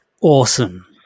awesome